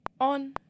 on